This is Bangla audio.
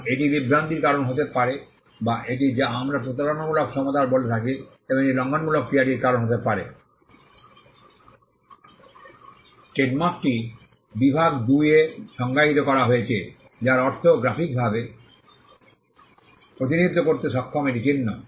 কারণ এটি বিভ্রান্তির কারণ হতে পারে বা এটি যা আমরা প্রতারণামূলক সমতা বলে থাকি এবং এটি লঙ্ঘনমূলক ক্রিয়াটির কারণ হতে পারে ট্রেডমার্কটি বিভাগ 2 এ সংজ্ঞায়িত করা হয়েছে যার অর্থ গ্রাফিকভাবে প্রতিনিধিত্ব করতে সক্ষম একটি চিহ্ন